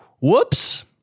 Whoops